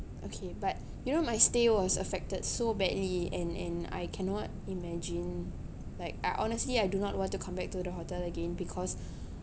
okay but you know my stay was affected so badly and and I cannot imagine like I honestly I do not want to come back to the hotel again because